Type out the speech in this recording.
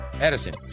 Edison